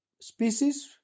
species